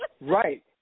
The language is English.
Right